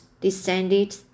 descended